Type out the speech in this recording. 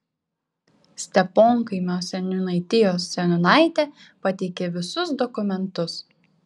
steponkaimio seniūnaitijos seniūnaitė pateikė visus dokumentus